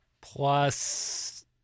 Plus